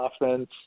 offense